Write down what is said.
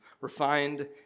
refined